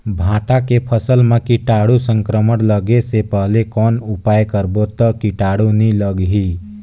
भांटा के फसल मां कीटाणु संक्रमण लगे से पहले कौन उपाय करबो ता कीटाणु नी लगही?